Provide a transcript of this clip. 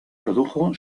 produjo